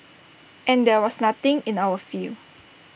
and there was nothing in our field